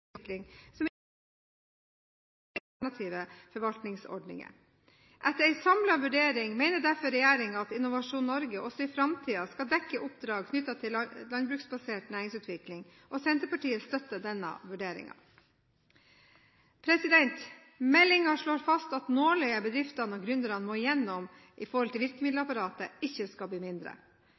alternative forvaltningsordninger. Etter en samlet vurdering mener derfor regjeringen at Innovasjon Norge også i framtiden skal dekke oppdrag knyttet til landbruksbasert næringsutvikling. Senterpartiet støtter denne vurderingen. Meldingen slår fast at nåløyet bedriftene og gründerne må igjennom med tanke på virkemiddelapparatet, ikke skal bli enda mindre.